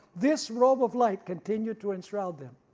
this robe of light continued to enshroud them.